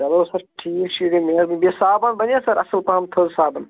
چلو سر ٹھیٖکھ چھُ یہِ گٔے مہربٲنی بیٚیہِ صابن بنیہ سر اصٕل پہم تھٔز صابن